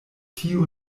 tio